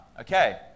okay